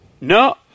no